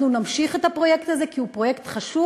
אנחנו נמשיך את הפרויקט הזה כי הוא פרויקט חשוב,